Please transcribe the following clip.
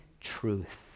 truth